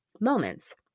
moments